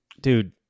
dude